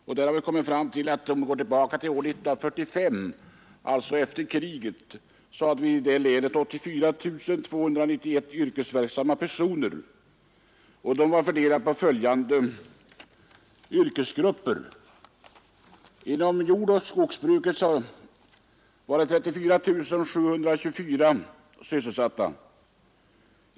Den visar att år 1945, alltså just efter kriget, hade vi i det länet 84 291 yrkesverksamma personer, fördelade på följande yrkesgrupper: Inom jordoch skogsbruket var 34 724 sysselsatta.